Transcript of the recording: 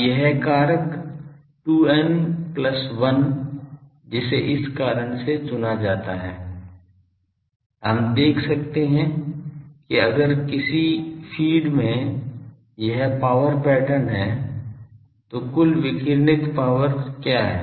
अब यह कारक 2 n plus 1 जिसे इस कारण से चुना जाता है हम देख सकते हैं कि अगर किसी फीड में यह पावर पैटर्न है तो कुल विकिरणित पावर क्या है